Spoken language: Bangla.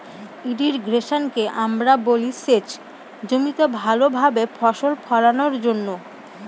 ইর্রিগেশনকে আমরা বলি সেচ জমিতে ভালো ভাবে ফসল ফোলানোর জন্য